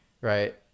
right